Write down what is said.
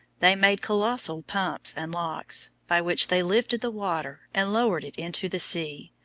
they made colossal pumps and locks, by which they lifted the water and lowered it into the sea.